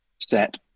set